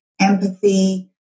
empathy